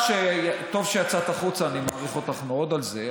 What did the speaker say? טוב שיצאת החוצה, אני מעריך אותך מאוד על זה.